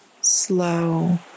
slow